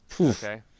Okay